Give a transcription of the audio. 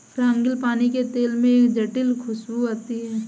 frangipani के तेल में एक जटिल खूशबू आती है